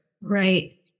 Right